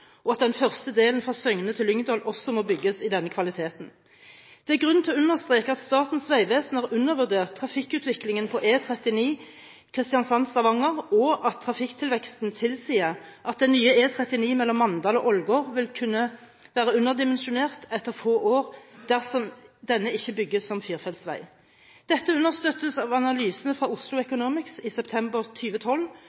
og at den første delen fra Søgne til Lyngdal også må bygges i denne kvaliteten. Det er grunn til å understreke at Statens vegvesen har undervurdert trafikkutviklingen på E39 Kristiansand–Stavanger, og at trafikkveksten tilsier at den nye E39 mellom Mandal og Ålgård vil kunne være underdimensjonert etter få år dersom denne ikke bygges som firefelts vei. Dette understøttes av analysene fra Oslo